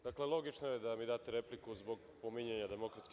Dakle, logično je da mi date repliku zbog pominjanja DS.